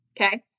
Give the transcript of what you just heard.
Okay